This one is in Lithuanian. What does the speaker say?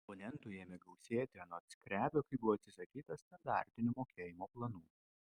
abonentų ėmė gausėti anot skrebio kai buvo atsisakyta standartinių mokėjimo planų